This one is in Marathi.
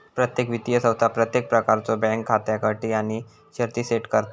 प्रत्येक वित्तीय संस्था प्रत्येक प्रकारच्यो बँक खात्याक अटी आणि शर्ती सेट करता